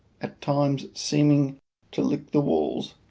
at times seeming to lick the walls,